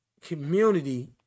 community